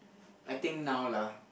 I think now lah